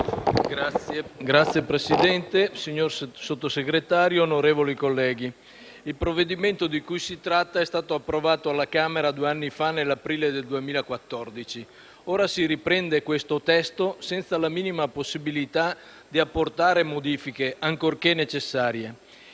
il provvedimento di cui si tratta è stato approvato alla Camera due anni fa, nell'aprile 2014. Ora si riprende questo testo senza la minima possibilità di apportare modifiche, ancorché necessarie.